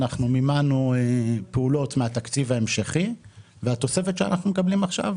מימנו פעולות מהתקציב ההמשכי והתוספת שאנחנו מקבלים עכשיו,